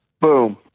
Boom